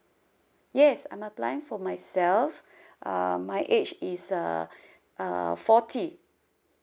yes I'm applying for myself uh my age is uh uh forty